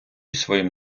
своїм